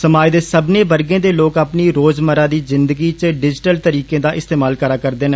समाज दे सब्बनें वर्गें दे लोक अपनी रोजमर्रा दी जिन्दगी च डिजीटल तरीकें दा इस्तेमाल कराऽ करदे न